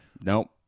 nope